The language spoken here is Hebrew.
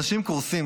אנשים קורסים,